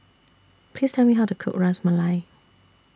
Please Tell Me How to Cook Ras Malai